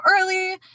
early